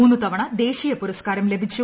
മൂന്നു തവണ ദേശീയ പുരസ്കാരം ലഭിച്ചു